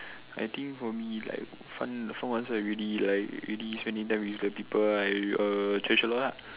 I think for me like fun fun ones are like really spending time with the people I err treasure a lot lah